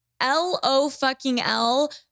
L-O-fucking-L